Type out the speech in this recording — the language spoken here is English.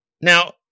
Now